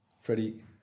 Freddie